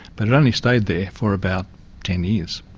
but it only stayed there for about ten years.